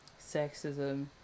sexism